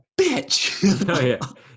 bitch